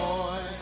Boy